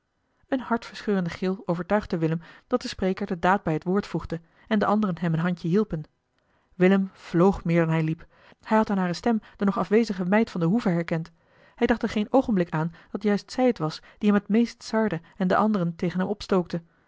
een hartverscheurende gil overtuigde willem dat de spreker de daad bij het woord voegde en de anderen hem een handje hielpen willem vloog meer dan hij liep hij had aan hare stem de nog afwezige meid van de hoeve herkend hij dacht er geen oogenblik aan dat juist zij het was die hem het meest sarde en de anderen tegen hem